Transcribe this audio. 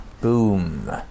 boom